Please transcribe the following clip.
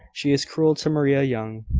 she is cruel to maria young.